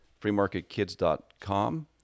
freemarketkids.com